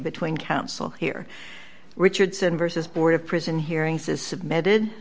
between counsel here richardson versus board of prison hearings is submitted